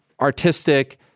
artistic